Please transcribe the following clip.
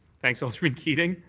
thanks alderman keating.